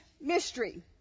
mystery